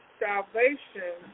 salvation